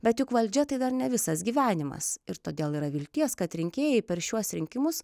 bet juk valdžia tai dar ne visas gyvenimas ir todėl yra vilties kad rinkėjai per šiuos rinkimus